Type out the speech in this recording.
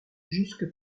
jusque